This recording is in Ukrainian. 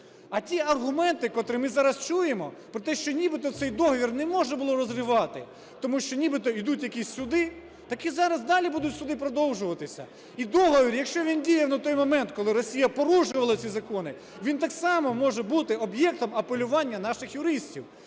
А ті аргументи, котрі ми зараз чуємо про те, що нібито цей договір не можна було розривати, тому що нібито ідуть якісь суди, так і зараз далі будуть суди продовжуватися. І договір, якщо він діяв на той момент, коли Росія порушувала ці закони, він так само може бути об'єктом апелювання наших юристів.